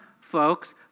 folks